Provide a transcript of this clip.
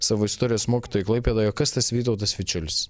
savo istorijos mokytojai klaipėdoje kas tas vytautas vičiulis